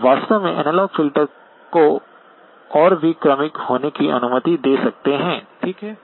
आप वास्तव में एनालॉग फ़िल्टर को और भी क्रमिक होने की अनुमति दे सकते हैं ठीक